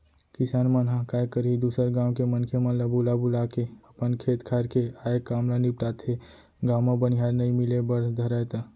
किसान मन ह काय करही दूसर गाँव के मनखे मन ल बुला बुलाके अपन खेत खार के आय काम ल निपटाथे, गाँव म बनिहार नइ मिले बर धरय त